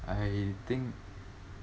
I think